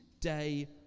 day